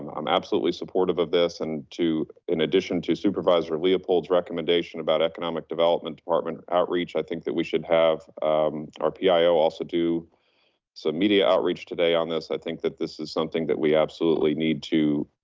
um i'm absolutely supportive of this. and to, in addition to supervisor leopold's recommendation about economic development department outreach, i think that we should have our pio also do some media outreach today on this. i think that this is something that we absolutely need to,